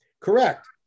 Correct